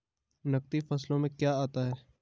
नकदी फसलों में क्या आता है?